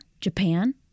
Japan